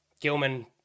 Gilman